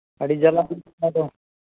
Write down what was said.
ᱟᱹᱰᱤ ᱡᱟᱞᱟ ᱜᱮ ᱚᱱᱟ ᱫᱚ